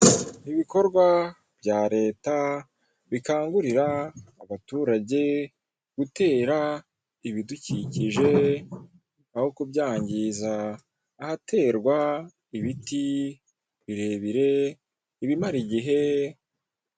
Ibikorwa bya leta bikangurira abaturage gutera ibidukikije, aho kubyangiza, ahaterwa ibiti birebire, ibimara igihe,..